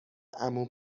عمو